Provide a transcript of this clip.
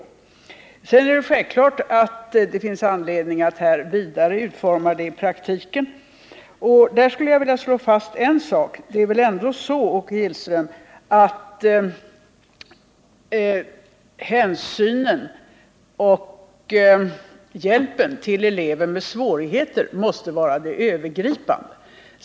Självfallet finns det anledning att vidareutveckla den praktiska tillämpningen och där skulle jag vilja slå fast en sak: Det är väl ändå så, Åke Gillström , att hänsynen och hjälpen till elever med svårigheter måste vara det övergripande.